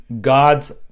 God's